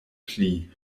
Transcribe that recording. pli